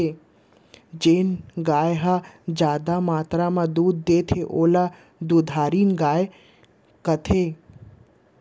जेन गाय ह जादा मातरा म दूद देथे ओला दुधारिन गाय कथें